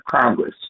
Congress